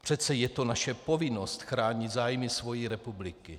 Přece je to naše povinnost chránit zájmy své republiky.